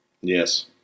Yes